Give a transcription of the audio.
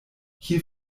hier